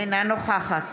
אינה נוכחת